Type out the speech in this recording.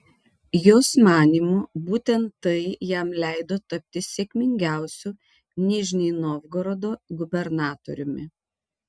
jos manymu būtent tai jam leido tapti sėkmingiausiu nižnij novgorodo gubernatoriumi